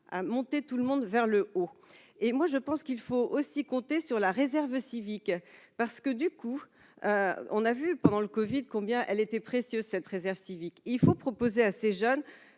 à monter tout le monde vers le haut, et moi je pense qu'il faut aussi compter sur la réserve civique parce que du coup, on a vu pendant le Covid combien elle était précieuse cette réserve civique, il faut proposer à ces jeunes